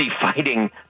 fighting